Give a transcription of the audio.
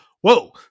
Whoa